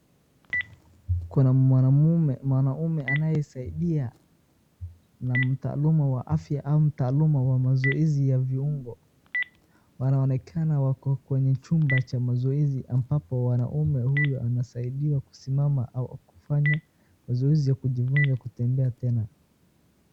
Kuna mwana mme, mwanaume anayesaidia na mtaaluma wa afya au mtaaluma wa mazoezi ya viungo, wanaonekana wako kwenye chumba cha mazoezi ambapo wanaume huyu anasaidiwa kusiamama ama kufanya mazoei ya kujifunza kutembea tena.